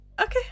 Okay